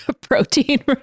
protein